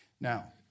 Now